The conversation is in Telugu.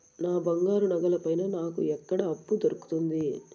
నా బంగారు నగల పైన నాకు ఎక్కడ అప్పు దొరుకుతుంది